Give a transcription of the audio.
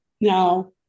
Now